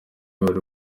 bari